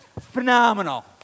Phenomenal